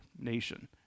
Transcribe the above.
nation